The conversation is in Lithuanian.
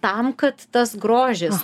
tam kad tas grožis